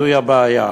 זוהי הבעיה".